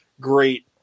great